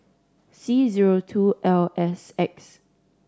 C zero two L S X